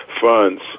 funds